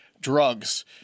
drugs